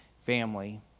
family